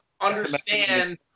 understand